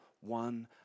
one